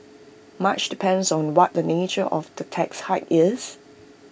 much depends on what the nature of the tax hike is